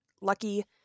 lucky